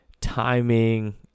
timing